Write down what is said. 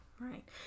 right